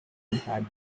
had